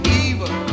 evil